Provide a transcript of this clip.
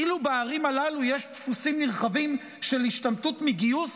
כאילו בערים הללו יש דפוסים נרחבים של השתמטות מגיוס,